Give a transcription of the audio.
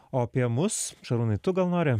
o apie mus šarūnai tu gal nori